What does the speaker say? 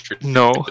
no